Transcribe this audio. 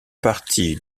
partie